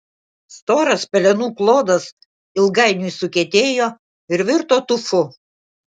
storas pelenų klodas ilgainiui sukietėjo ir virto tufu